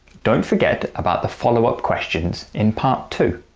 don't forget about the follow-up questions in part two.